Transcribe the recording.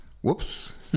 Whoops